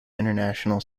international